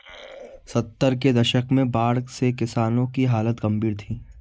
सत्तर के दशक में बाढ़ से किसानों की हालत गंभीर थी